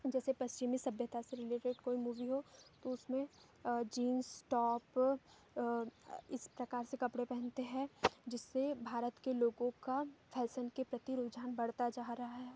जैसे पश्चिमी सभ्यता से रिलेटेड कोई मूवी हो तो उसमें जींस टॉप इस प्रकार के कपड़े पहनते हैं जिससे भारत के लोगों का फैशन के प्रति रूझान बढ़त जा रहा है